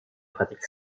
pratique